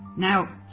Now